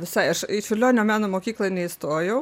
visai aš į čiurlionio meno mokyklą neįstojau